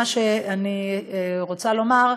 מה שאני רוצה לומר,